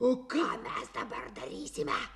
o ką mes dabar darysime